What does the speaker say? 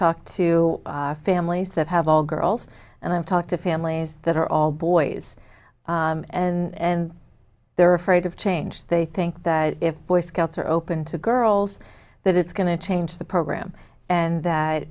talked to families that have all girls and i've talked to families that are all boys and they're afraid of change they think that if boy scouts are open to girls that it's going to change the program and that